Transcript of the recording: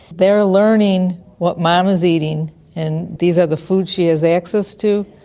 they are learning what mama's eating and these are the foods she has access to,